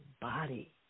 body